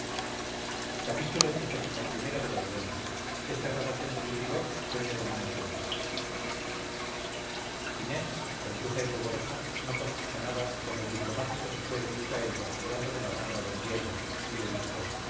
xxiv xxv xxvi xxvii xxviii xxix xxx xxxi xxxii bailén de benito pérez galdós inés confusa y ruborosa no contestó nada cuando el diplomático se fue derecho a ella llevando de la mano a d diego y le dijo